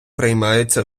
приймаються